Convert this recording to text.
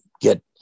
get